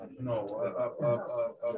No